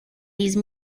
these